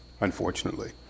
unfortunately